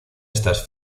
estas